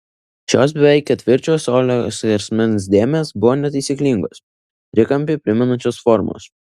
šios beveik ketvirčio colio skersmens dėmės buvo netaisyklingos trikampį primenančios formos